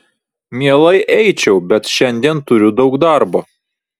mielai eičiau bet šiandien turiu daug darbo